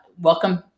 welcome